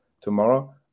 Tomorrow